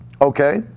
okay